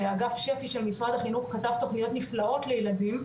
שאגף שפ"י של משרד החינוך כתב תוכניות נפלאות לילדים,